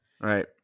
Right